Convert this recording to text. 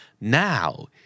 Now